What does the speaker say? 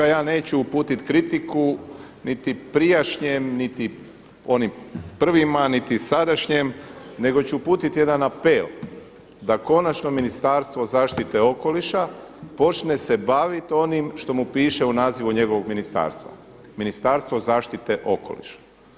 Ja neću uputit kritiku niti prijašnjem, niti onim prvima, niti sadašnjem nego ću uputit jedan apel da konačno Ministarstvo zaštite okoliša počne se bavit onim što mu piše u nazivu njegovog ministarstva – Ministarstvo zaštite okoliša.